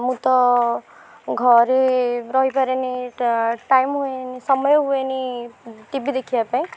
ମୁଁ ତ ଘରେ ରହିପାରେନି ଟାଇମ୍ ହୁଏନି ସମୟ ହୁଏନି ଟିଭି ଦେଖିବା ପାଇଁ